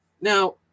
now